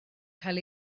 cael